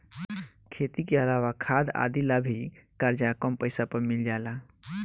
खेती के अलावा खाद आदि ला भी करजा कम पैसा पर मिल जाला